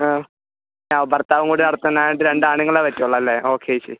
ആ ഭർത്താവും കൂടെ നടത്തുന്നത് ആയതുകൊണ്ട് രണ്ട് ആണുങ്ങളേ പറ്റുള്ളൂ അല്ലേ ഓക്കെ ചേച്ചി